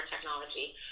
technology